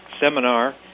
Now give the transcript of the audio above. seminar